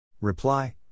Reply